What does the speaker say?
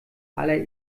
aller